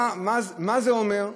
מה זה אומר?